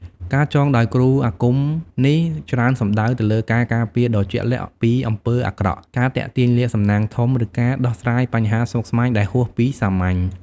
ការចងដោយគ្រូអាគមនេះ ច្រើនសំដៅទៅលើការការពារដ៏ជាក់លាក់ពីអំពើអាក្រក់ ការទាក់ទាញលាភសំណាងធំ ឬការដោះស្រាយបញ្ហាស្មុគស្មាញដែលហួសពីសាមញ្ញ។